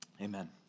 amen